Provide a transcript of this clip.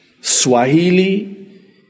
Swahili